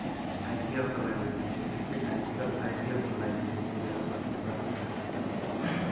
आइपिएलका लागि यो क्रिकेट आइपिएलका लागि कुरेर बस्ने गर्छन्